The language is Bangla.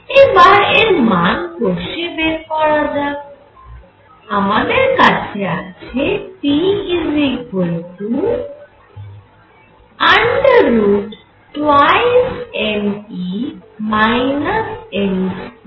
এবার এর মান কষে বের করা যাক আমাদের কাছে আছে p √